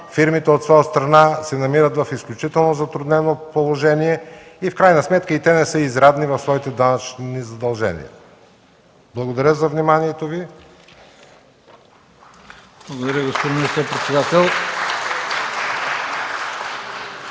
фирмите от своя страна се намират в изключително затруднено положение и в крайна сметка и те не са изрядни в своите данъчни задължения. Благодаря за вниманието Ви.